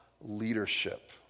leadership